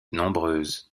nombreuse